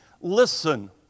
Listen